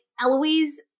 Eloise